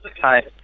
Hi